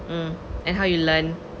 mm and how you learn